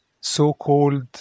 so-called